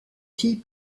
fille